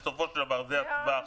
בסופו של דבר זה הטווח.